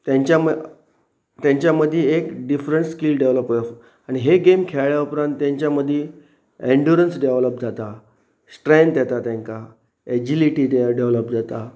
तेंच्या तेंच्या मदी एक डिफरंट स्कील डेवलोप आनी हे गेम खेळ्ळ उपरांत तेंच्या मदीं एन्डुरन्स डेवलोप जाता स्ट्रेंथ येता तांकां एजिलिटी ते डेवलोप जाता